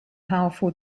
powerful